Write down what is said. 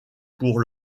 pour